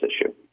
issue